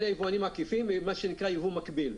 אלה יבואנים עקיפים, מה שנקרא "יבוא מקביל".